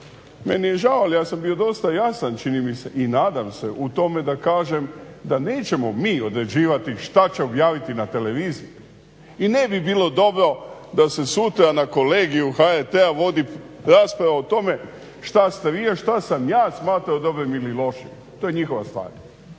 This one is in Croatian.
meni je žao ali ja sam bio dosta jasan čini mi se i nadam se u tome da kažem da nećemo mi određivati šta će objaviti na televiziji. I ne bi bilo dobro da se sutra na kolegiju HRT-a vodi rasprava o tome šta ste vi, a šta sam ja smatrao dobrim ili lošim. To je njihova stvar.